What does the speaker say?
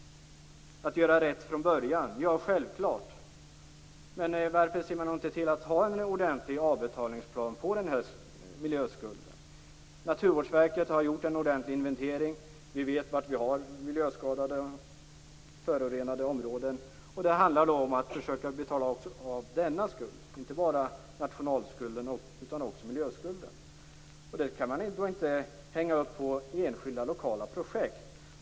Att göra rätt från början, säger ministern. Ja, självklart, men varför ser man inte till att ha en ordentlig avbetalningsplan för miljöskulden? Naturvårdsverket har gjort en ordentlig inventering. Vi vet var vi har miljöskadade förorenade områden. Det handlar om att försöka betala av också denna skuld, inte bara nationalskulden. Det kan man inte hänga upp på enskilda lokala projekt.